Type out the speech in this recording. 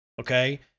okay